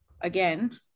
again